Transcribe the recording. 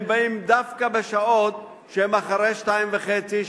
הם באים דווקא בשעות אחרי 14:30,